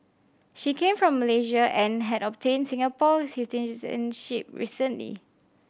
she came from Malaysia and had obtained Singapore citizenship recently